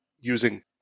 using